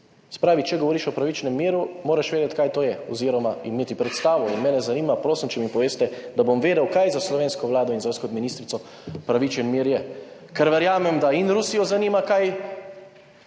pravi, če govoriš o pravičnem miru, moraš vedeti kaj to je oziroma jim niti predstavil in mene zanima, prosim če mi poveste, da bom vedel, kaj za slovensko Vlado in za vas kot ministrico pravičen mir je. Ker verjamem, da in Rusijo zanima kaj